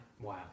Wow